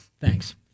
Thanks